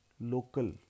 local